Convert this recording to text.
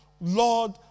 Lord